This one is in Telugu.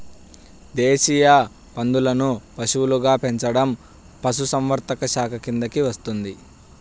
దేశీయ పందులను పశువులుగా పెంచడం పశుసంవర్ధక శాఖ కిందికి వస్తుంది